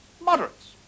moderates